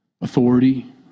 authority